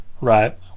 right